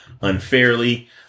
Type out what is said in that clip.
unfairly